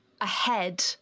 ahead